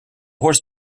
horse